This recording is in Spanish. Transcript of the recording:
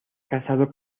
casado